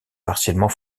partiellement